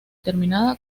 terminada